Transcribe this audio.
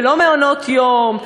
ולא מעונות יום,